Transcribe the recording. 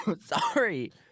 sorry